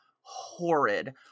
horrid